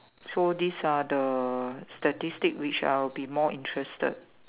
so these are the statistic which I'll be more interested